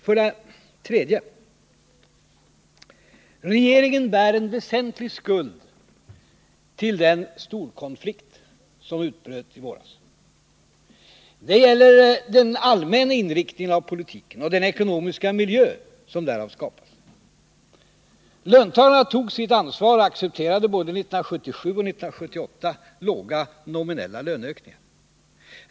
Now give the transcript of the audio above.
För det tredje: Regeringen bär väsentlig skuld till den storkonflikt som utbröt i våras. Det gäller den allmänna inriktningen av politiken och den ekonomiska miljö som därav skapas. Löntagarna tog sitt ansvar och accepterade både 1977 och 1978 låga nominella löneökningar.